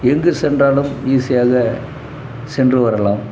எங்கு சென்றாலும் ஈசியாக சென்று வரலாம்